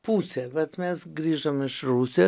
pusė vat mes grįžome iš rusijos